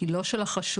גילו של החשוד,